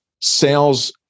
Sales